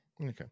okay